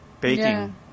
Baking